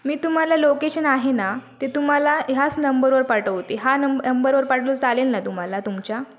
मी तुम्हाला लोकेशन आहे ना ते तुम्हाला ह्याच नंबरवर पाठवते हा नंब अंबरवर पाठवलं चालेल ना तुम्हाला तुमच्या